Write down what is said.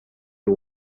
you